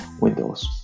windows